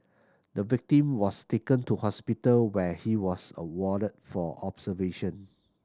the victim was taken to hospital where he was awarded for observation